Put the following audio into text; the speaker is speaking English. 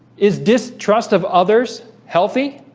is distrust of others healthy